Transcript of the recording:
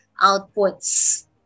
outputs